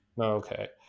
Okay